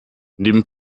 neben